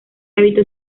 hábito